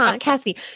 Cassie